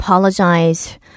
apologize